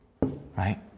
Right